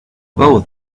both